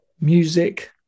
music